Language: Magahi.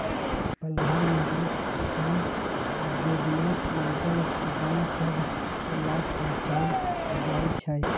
प्रधानमंत्री किसान जोजना के अंतर्गत किसान सभ के लाभ पहुंचाएल जाइ छइ